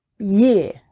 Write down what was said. year